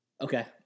Okay